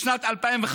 בשנת 2011,